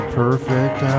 perfect